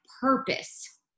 purpose